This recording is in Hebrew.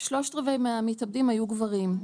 שלושת רבע ומהמתאבדים היו גברים.